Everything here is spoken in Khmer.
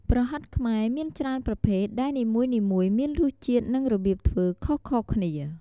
ប្រហិតខ្មែរមានច្រើនប្រភេទ ដែលនីមួយៗមានរសជាតិ និងរបៀបធ្វើខុសៗគ្នា។